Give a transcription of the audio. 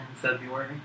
February